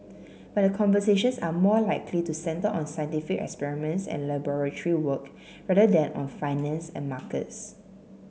but the conversations are more likely to centre on scientific experiments and laboratory work rather than on finance and markets